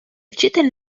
вчитель